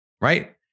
right